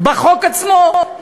בחוק עצמו,